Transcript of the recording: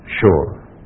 sure